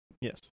Yes